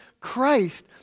christ